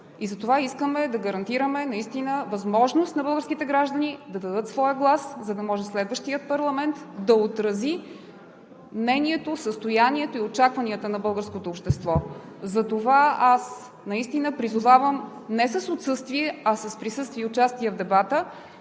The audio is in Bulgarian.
Затова искаме да гарантираме наистина възможност на българските граждани да дадат своя глас, за да може следващият парламент да отрази мнението, състоянието и очакванията на българското общество. Затова аз призовавам: не с отсъствие, а с присъствие и участие в дебата